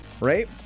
Right